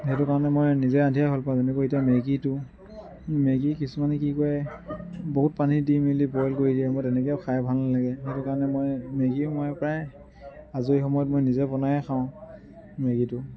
সেইটো কাৰণে মই নিজে ৰান্ধিয়ে ভাল পাওঁ যেনেকৈ এতিয়া মেগিটো মেগি কিছুমানে কি কৰে বহুত পানী দি মেলি বইল কৰি দিয়ে মই তেনেকেও খাই ভাল নালাগে সেইটো কাৰণে মই মেগিও মই প্ৰায় আজৰি সময়ত মই নিজেই বনাই খাওঁ মেগিটো